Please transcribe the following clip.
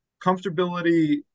comfortability